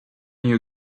you